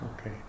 Okay